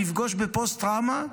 נפגוש בפוסט-טראומה,